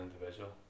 individual